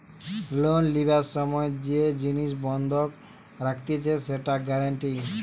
loan লিবার সময় যে জিনিস বন্ধক রাখতিছে সেটা গ্যারান্টি